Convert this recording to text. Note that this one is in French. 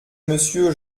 monsieur